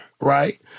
right